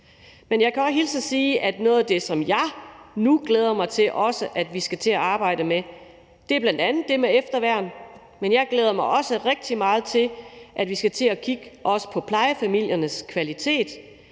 Jeg kan også hilse og sige, at noget af det, som jeg glæder mig til vi skal til at arbejde med, bl.a. er det med efterværn; men jeg glæder mig også rigtig meget til, at vi også skal kigge på plejefamiliernes kvalitet.